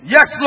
Yes